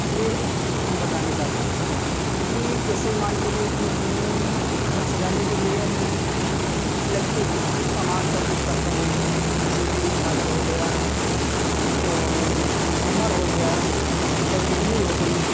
यह हम बताना चाहते हैं आपको कि जैसे मानकर चलिए कि हमने घर सजाने के लिए अपने इलेक्ट्रिक सामान का यूज़ करते हैं जैसे कि झालर हो गया और झूमर हो गया रंगोली हो गई